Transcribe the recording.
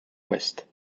ouest